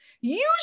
Usually